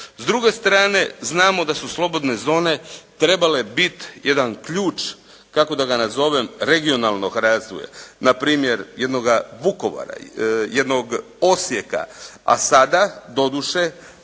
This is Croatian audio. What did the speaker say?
S druge strane, znamo da su slobodne zone trebale biti jedan ključ, kako da ga nazovem regionalnog razdoblja, npr. jednoga Vukovara, jednoga Osijeka, a sada doduše